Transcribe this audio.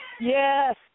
Yes